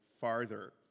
farther